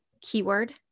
Keyword